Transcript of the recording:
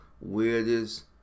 weirdest